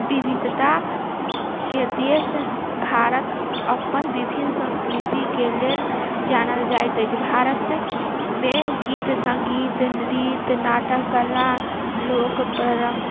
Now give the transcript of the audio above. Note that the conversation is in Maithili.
विविधताके देश भारत अपन विभिन्न संस्कृतिके लेल जानल जाइत अछि भारतमे गीत सङ्गीत नृत्य नाटक कला लोक परम